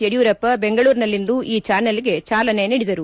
ಯಡಿಯೂರಪ್ಪ ಬೆಂಗಳೂರಿನಲ್ಲಿಂದು ಈ ಚಾನಲ್ಗೆ ಚಾಲನೆ ನೀಡಿದರು